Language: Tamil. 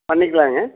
பண்ணிக்கலாங்க